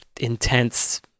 intense